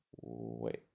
Wait